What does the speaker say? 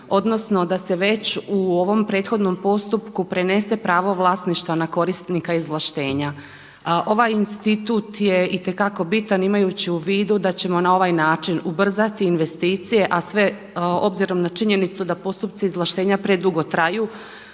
odnosno da se već u ovom prethodnom postupku prenese pravo vlasništva na korisnika izvlaštenja. Ovaj institut je itekako bitan imajući u vidu da ćemo na ovaj način ubrzati investicije a sve, obzirom na činjenicu da postupci izvlaštenja predugo traju